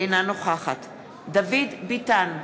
אינה נוכחת דוד ביטן,